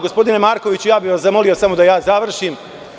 Gospodine Markoviću, ja bih vas zamolio samo da završim.